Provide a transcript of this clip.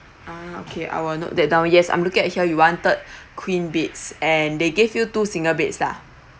ah okay I will note that down yes I'm looking at here you wanted queen bed and they gave you two single beds lah